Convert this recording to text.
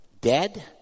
dead